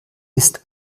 ist